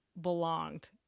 belonged